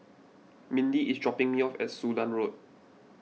Mindy is dropping me off at Sudan Road